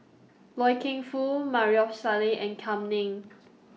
Loy Keng Foo Maarof Salleh and Kam Ning